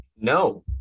No